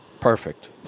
Perfect